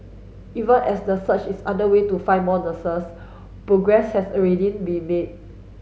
even as the search is underway to find more nurses progress has already been made